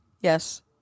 Yes